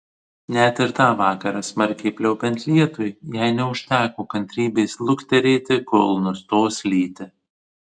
net ir tą vakarą smarkiai pliaupiant lietui jai neužteko kantrybės lukterėti kol nustos lyti